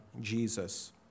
Jesus